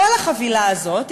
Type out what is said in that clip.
כל החבילה הזאת,